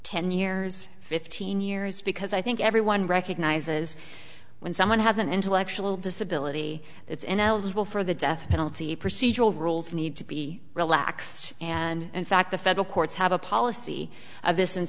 ten years fifteen years because i think everyone recognizes when someone has an intellectual disability it's ineligible for the death penalty procedural rules need to be relaxed and fact the federal courts have a policy of this